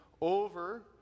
over